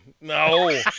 No